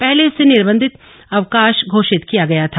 पहले इसे निर्बन्धित अवकाश घोषित किया गया था